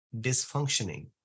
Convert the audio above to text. dysfunctioning